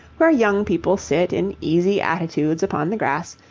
where young people sit in easy attitudes upon the grass,